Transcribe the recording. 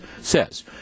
says